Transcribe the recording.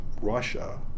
Russia